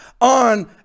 on